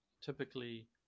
typically